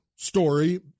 story